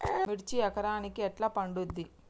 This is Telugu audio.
మిర్చి ఎకరానికి ఎట్లా పండుద్ధి?